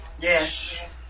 Yes